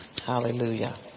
Hallelujah